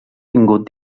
tingut